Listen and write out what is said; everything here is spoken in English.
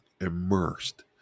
immersed